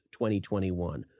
2021